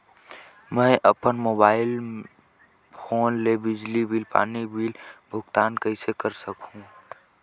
मैं अपन mobile phone ले बिजली पानी बिल भुगतान कइसे कर सकहुं?